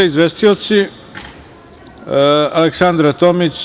Izvestioci, Aleksandra Tomić.